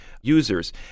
users